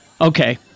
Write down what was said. Okay